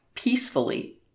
peacefully